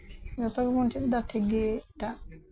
ᱡᱚᱛᱚ ᱜᱮᱵᱚᱱ ᱪᱮᱫ ᱮᱫᱟ ᱴᱷᱤᱠ ᱜᱮ ᱮᱴᱟᱜ